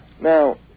Now